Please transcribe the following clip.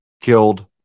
killed